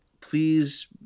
please